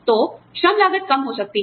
तो श्रम लागत कम हो सकती है